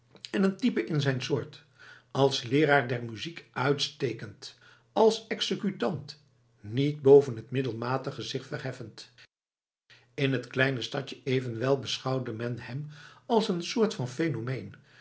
en een type in zijn soort als leeraar der muziek uitstekend als executant niet boven het middelmatige zich verheffend in het kleine stadje evenwel beschouwde men hem als een soort van phenomeen